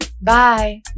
Bye